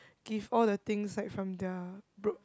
give all the things like from their bro~